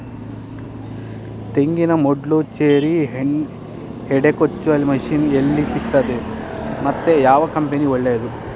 ತೆಂಗಿನ ಮೊಡ್ಲು, ಚೇರಿ, ಹೆಡೆ ಕೊಚ್ಚುವ ಮಷೀನ್ ಎಲ್ಲಿ ಸಿಕ್ತಾದೆ ಮತ್ತೆ ಯಾವ ಕಂಪನಿ ಒಳ್ಳೆದು?